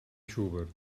schubert